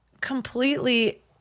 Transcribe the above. completely